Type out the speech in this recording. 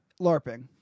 LARPing